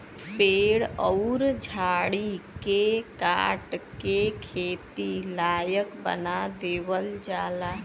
पेड़ अउर झाड़ी के काट के खेती लायक बना देवल जाला